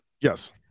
Yes